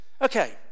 Okay